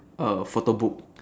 a photo book